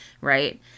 right